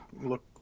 look